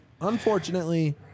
unfortunately